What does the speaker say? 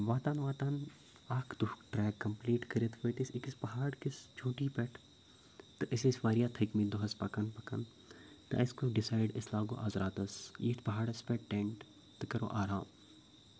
واتان واتان اَکھ دُہُک ٹرٛیک کَمپٕلیٖٹ کٕرِتھ وٲتۍ أسۍ أکِس پَہاڑکِس چوںٛٹی پٮ۪ٹھ تہٕ أسۍ ٲسۍ واریاہ تھٕکۍمٕتۍ دوٚہَس پَکان پَکان تہٕ اسہِ کوٚر ڈِسایِڈ کہِ أسۍ لاگو آز راتَس ییٚتھۍ پَہاڑَس پٮ۪ٹھ ٹٮ۪نٛٹ تہٕ کَرو آرام